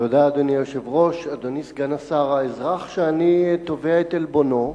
אדוני סגן השר, האזרח שאני תובע את עלבונו,